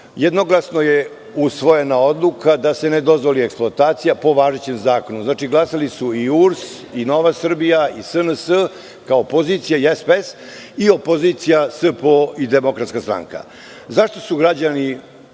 jednoglasno je usvojena odluka da se ne dozvoli eksploatacija po važećem zakonu. Znači, glasali su i URS i Nova Srbija i SNS kao pozicija i SPS, i opozicija SPO i DS. Zašto su građani